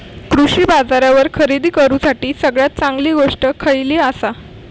कृषी बाजारावर खरेदी करूसाठी सगळ्यात चांगली गोष्ट खैयली आसा?